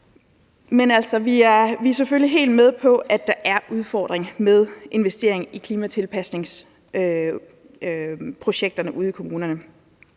vi er selvfølgelig helt med på, at der er en udfordring med investering i klimatilpasningsprojekterne ude i kommunerne,